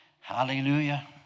Hallelujah